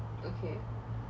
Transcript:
okay